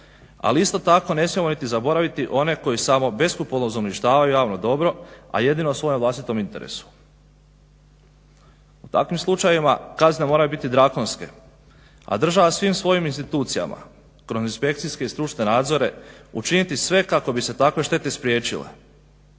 ali isto tako ne smijemo niti zaboraviti one koji samo beskrupulozno uništavaju javno dobro, a jedino u svojem vlastitom interesu. U takvim slučajevima kazne moraju biti drakonske, a država svim svojim institucijama kroz inspekcijske i stručne nadzore učiniti sve kako bi se takve štete spriječile.